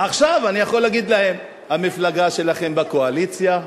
עכשיו אני יכול להגיד להם, המפלגה שלכם בקואליציה,